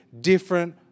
different